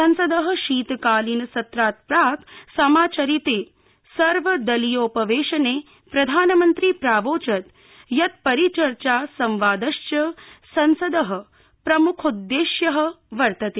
संसदः शीतकालीन सत्रात् प्राक् समाचरिते सर्वदलीयोपवेशने प्रधानमन्त्री प्रावोचद् यत् परिचर्चा संवादश्च संसदः प्रमुखोद्देश्यः वर्तते